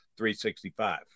365